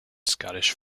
scottish